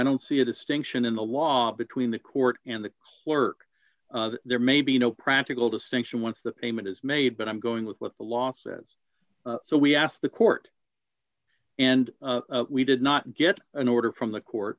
don't see a distinction in the law between the court and the clerk there may be no practical distinction once the payment is made but i'm going with what the law says so we ask the court and we did not get an order from the court